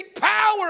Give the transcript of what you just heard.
power